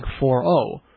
4-0